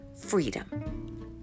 freedom